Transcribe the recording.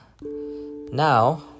now